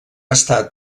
estat